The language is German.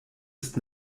ist